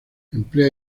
emplea